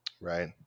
Right